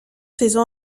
saison